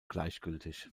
gleichgültig